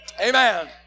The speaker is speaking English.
Amen